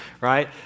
right